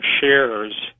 shares